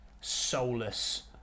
soulless